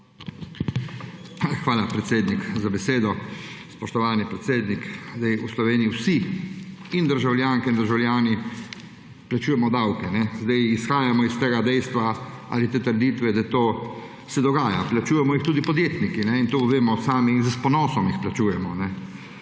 Hvala, predsednik, za besedo. Spoštovani predsednik! V Sloveniji vsi in državljanke in državljani plačujemo davke. Izhajamo iz tega dejstva ali te trditve, da se to dogaja, plačujemo jih tudi podjetniki, in to vemo sami. In s ponosom jih plačujemo.